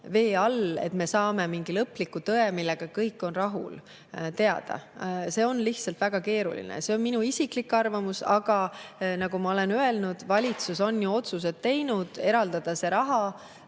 vee all, me saame teada mingi lõpliku tõe, millega kõik on rahul. See on lihtsalt väga keeruline. See on minu isiklik arvamus. Aga nagu ma olen öelnud, valitsus on ju otsuse teinud eraldada see raha